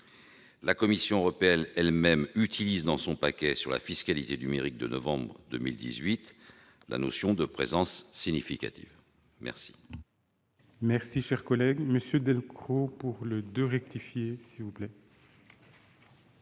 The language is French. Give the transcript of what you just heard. La Commission européenne elle-même utilise dans son paquet sur la fiscalité numérique de novembre 2018 la notion de présence significative.